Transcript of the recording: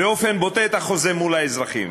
את חובתן מול האזרחים.